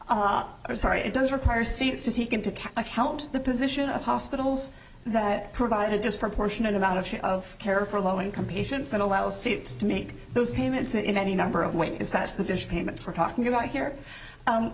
or sorry it does require states to take into account the position of hospitals that provide a disproportionate amount of of care for low income patients and allows states to make those payments in any number of ways that's the dish payments we're talking about here